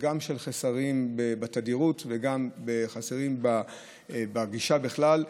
על חוסרים בתדירות וגם על חוסרים בגישה בכלל.